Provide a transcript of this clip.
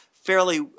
fairly